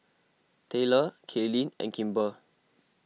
Tayler Kaylynn and Kimber